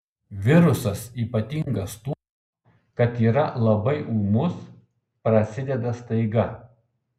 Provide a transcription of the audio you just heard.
virusas ypatingas tuo kad yra labai ūmus prasideda staiga